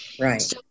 Right